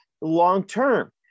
long-term